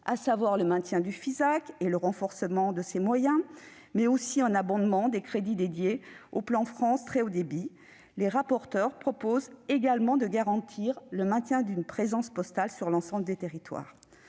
à savoir le maintien du Fisac et le renforcement de ses moyens, mais aussi une hausse des crédits alloués au plan France Très haut débit. Ils proposent également de garantir le maintien d'une présence postale sur l'ensemble des territoires.